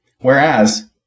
Whereas